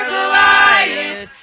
Goliath